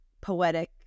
poetic